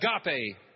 agape